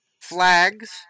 flags